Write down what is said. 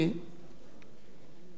אדוני היושב-ראש,